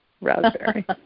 raspberry